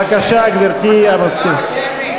בבקשה, גברתי המזכירה.